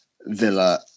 Villa